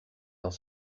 dans